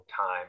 time